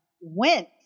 went